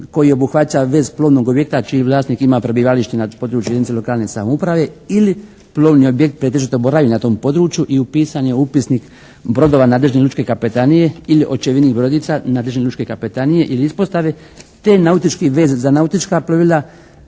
koji obuhvaća vez plovnog objekta čiji vlasnik ima prebivalište na jedinici lokalne samouprave ili plovni objekt pretežito boravi na tom području i upisan je u Upisnik brodova nadležne lučke kapetanije ili Očevidnik brodica nadležne lučke kapetanije ili ispostave te nautički vez za nautička plovila,